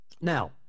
Now